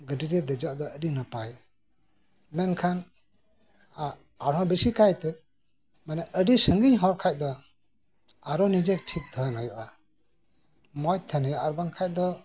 ᱜᱟᱹᱰᱤᱨᱮ ᱫᱮᱡᱚᱜ ᱫᱚ ᱟᱹᱰᱤ ᱱᱟᱯᱟᱭ ᱢᱮᱱᱠᱷᱟᱱ ᱟᱨᱦᱚᱸ ᱵᱤᱥᱤ ᱠᱟᱭᱛᱮ ᱟᱹᱰᱤ ᱥᱟᱹᱜᱤᱧ ᱦᱚᱨ ᱠᱷᱟᱡ ᱟᱨᱦᱚᱸ ᱱᱤᱡᱮ ᱴᱷᱤᱠ ᱛᱟᱸᱦᱮᱱ ᱦᱩᱭᱩᱜᱼᱟ ᱢᱚᱸᱡ ᱛᱟᱸᱦᱮᱱ ᱦᱩᱭᱩᱜᱼᱟ ᱟᱨ ᱵᱟᱝᱠᱷᱟᱱ ᱫᱚ